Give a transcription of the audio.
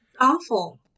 Awful